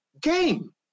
game